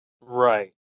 Right